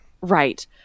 Right